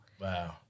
Wow